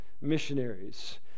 missionaries